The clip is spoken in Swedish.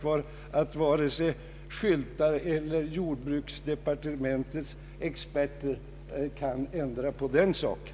Varken skyltar eller jordbruksdepartementets experter tror jag kan ändra på den saken.